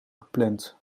gepland